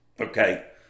okay